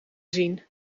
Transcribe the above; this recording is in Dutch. zien